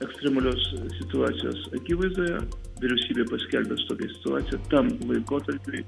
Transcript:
ekstremalios situacijos akivaizdoje vyriausybė paskelbė tokią situaciją tam laikotarpiui